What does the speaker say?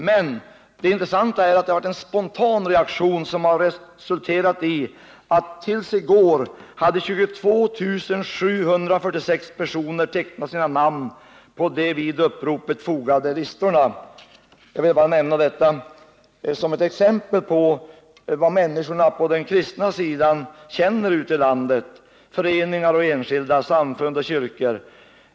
Men det intressanta är att det blev en spontan reaktion, som resulterat i att fram till i går hade 22 746 personer skrivit sina namn på de vid uppropet fogade listorna. Jag har velat nämna detta som ett exempel på vad människorna — föreningar och enskilda, samfund och kyrkor — på den kristna sidan känner ute i landet.